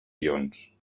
ions